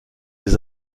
les